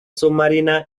submarina